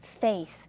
faith